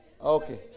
Okay